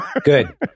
Good